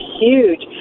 huge